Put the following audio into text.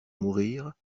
mourir